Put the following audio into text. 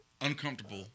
uncomfortable